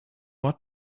what